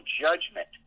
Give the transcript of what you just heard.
judgment